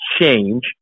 change